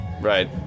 right